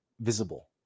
visible